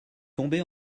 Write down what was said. tombé